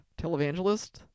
Televangelist